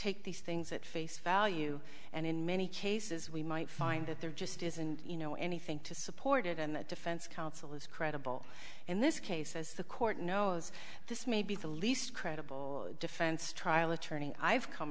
take these things at face value and in many cases we might find that there just isn't you know anything to support it and the defense counsel is credible in this case as the court knows this may be the least credible defense trial attorney i've come